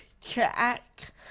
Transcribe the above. check